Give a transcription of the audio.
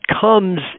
comes